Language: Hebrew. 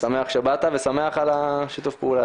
אני שמח שבאת ושמח על השיתוף פעולה הזה.